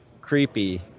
creepy